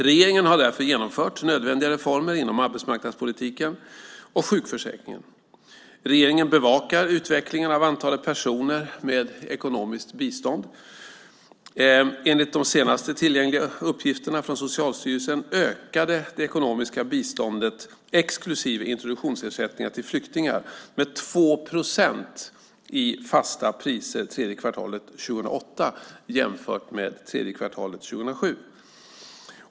Regeringen har därför genomfört nödvändiga reformer inom arbetsmarknadspolitiken och sjukförsäkringen. Regeringen bevakar utvecklingen av antalet personer med ekonomiskt bistånd. Enligt de senast tillgängliga uppgifterna från Socialstyrelsen ökade det ekonomiska biståndet, exklusive introduktionsersättningar till flyktingar, med 2 procent i fasta priser tredje kvartalet 2008 jämfört med tredje kvartalet 2007.